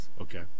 okay